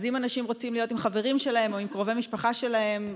אז אם אנשים רוצים להיות עם חברים שלהם או עם קרובי משפחה שלהם,